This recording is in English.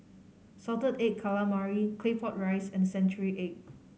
Salted Egg Calamari Claypot Rice and century egg